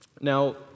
Now